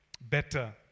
better